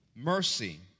Mercy